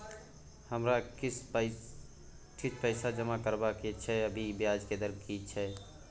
हमरा किछ पैसा जमा करबा के छै, अभी ब्याज के दर की छै?